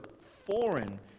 foreign